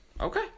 Okay